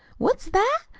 what's that?